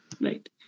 Right